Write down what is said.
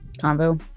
combo